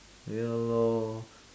ya lor